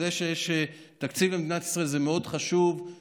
זה שיש תקציב למדינת ישראל זה מאוד חשוב,